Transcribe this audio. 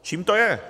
Čím to je?